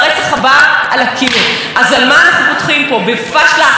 את הסמכויות ממשרדו למשרד התקשורת.